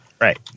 Right